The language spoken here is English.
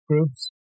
groups